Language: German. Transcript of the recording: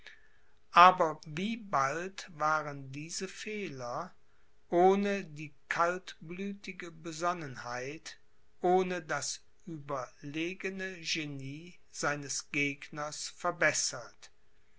aber wie bald waren diese fehler ohne die kaltblütige besonnenheit ohne das überlegene genie seines gegners verbessert